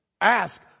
Ask